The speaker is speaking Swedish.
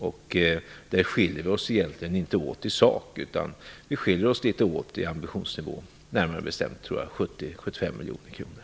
Vi skiljer oss egentligen inte åt i sak, utan vi skiljer oss litet åt i ambitionsnivån, närmare bestämt 70-75 miljoner kronor.